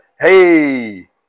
hey